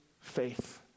faith